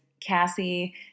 Cassie